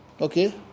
Okay